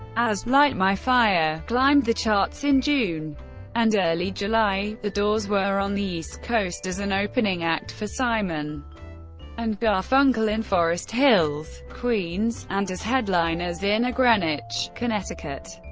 as light my fire climbed the charts in june and early july, the doors were on the east coast as an opening act for simon and garfunkel in forest hills, queens, and as headliners in a greenwich, connecticut,